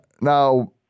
Now